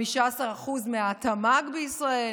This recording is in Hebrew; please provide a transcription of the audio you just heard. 15% מהתמ"ג בישראל,